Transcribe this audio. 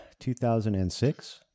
2006